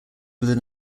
within